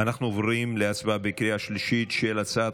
אנחנו עוברים להצבעה בקריאה השלישית על הצעת